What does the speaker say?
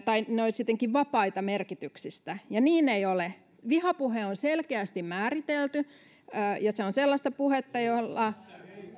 tai ne olisivat jotenkin vapaita merkityksistä ja niin ei ole vihapuhe on selkeästi määritelty ja se on sellaista puhetta jolla